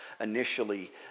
initially